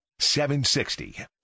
760